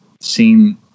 seen